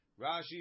Rashi